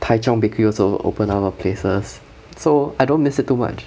tai cheong bakery also open a lot of places so I don't miss it too much